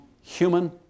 human